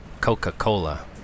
Coca-Cola